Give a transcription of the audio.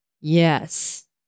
Yes